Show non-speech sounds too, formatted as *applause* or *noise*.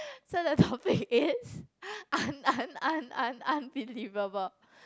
so the topic is *laughs* un~ un~ un~ un~ unbelievable